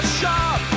shop